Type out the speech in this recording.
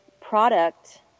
product